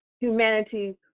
humanity